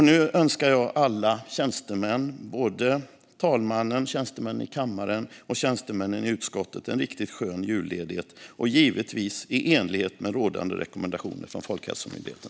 Nu önskar jag talmannen, tjänstemännen i kammaren och tjänstemännen i utskottet en riktigt skön julledighet, givetvis i enlighet med rådande rekommendationer från Folkhälsomyndigheten!